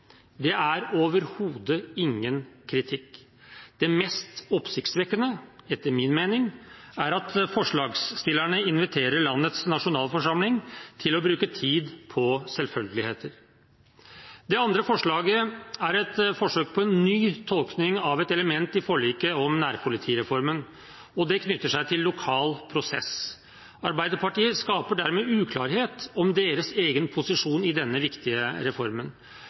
Det er overhodet ingen kritikk. Det mest oppsiktsvekkende, etter min mening, er at forslagsstillerne inviterer landets nasjonalforsamling til å bruke tid på selvfølgeligheter. Det andre forslaget er et forsøk på en ny tolkning av et element i forliket om nærpolitireformen. Det knytter seg til lokal prosess. Arbeiderpartiet skaper dermed uklarhet om deres egen posisjon i denne viktige reformen.